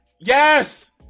Yes